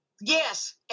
Yes